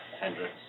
Hendrix